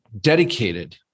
dedicated